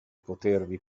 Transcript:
potervi